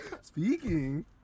Speaking